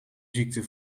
ziekte